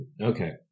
Okay